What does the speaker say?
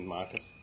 Marcus